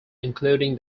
including